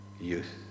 youth